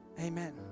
amen